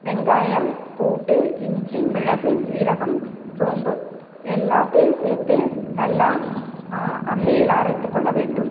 வெங்காயம் பூண்டு இஞ்சி மிளகு ஜீரகம் சோம்பு எல்லாத்தையும் சேர்த்து நல்லா அம்மியில் அரைத்துக் கொள்ள வேண்டும்